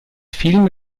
film